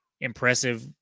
impressive